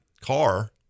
car